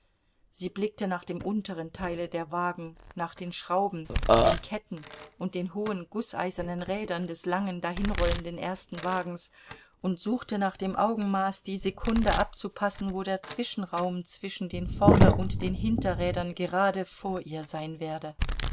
sie blickte nach dem unteren teile der wagen nach den schrauben den ketten und den hohen gußeisernen rädern des langsam dahinrollenden ersten wagens und suchte nach dem augenmaß die sekunde abzupassen wo der zwischenraum zwischen den vorder und den hinterrädern gerade vor ihr sein werde